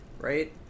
right